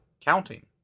counting